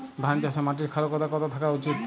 ধান চাষে মাটির ক্ষারকতা কত থাকা উচিৎ?